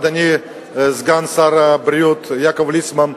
אדוני סגן שר הבריאות יעקב ליצמן,